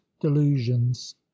delusions